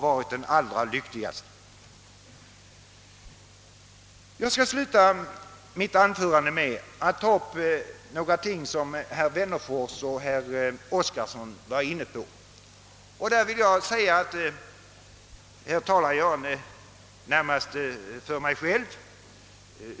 Slutligen skall jag ta upp några ämnen som herr Wennerfors och herr Oskarson var inne på och härvidlag talar jag närmast för mig själv.